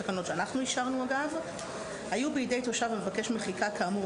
תקנות שאנחנו אישרנו אגב היו בידי תושב המבקש מחיקה כאמור,